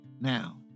Now